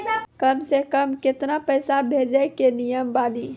कम से कम केतना पैसा भेजै के नियम बानी?